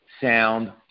sound